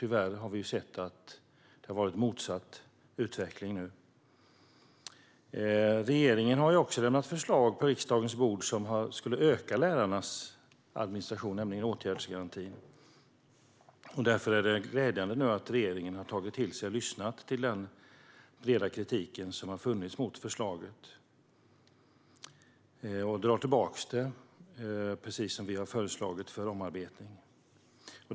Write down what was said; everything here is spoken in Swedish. Tyvärr har utvecklingen gått i motsatt riktning. Regeringen har lämnat förslag på riksdagens bord om åtgärdsgarantin som innebar att lärarnas administration skulle öka. Det är därför glädjande att regeringen har tagit till sig och lyssnat till den breda kritik som funnits mot förslaget. Nu drar regeringen tillbaka förslaget för omarbetning, precis som vi har föreslagit.